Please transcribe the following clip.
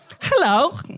hello